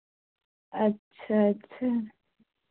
अच्छा अच्छा